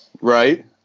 right